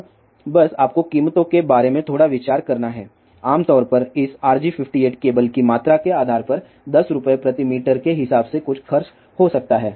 अब बस आपको कीमतों के बारे में थोड़ा विचार करना है आमतौर पर इस RG58 केबल की मात्रा के आधार पर 10 रुपये प्रति मीटर के हिसाब से कुछ खर्च हो सकता है